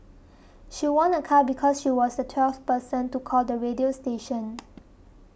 she won a car because she was the twelfth person to call the radio station